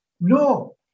No